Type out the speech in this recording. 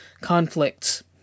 conflicts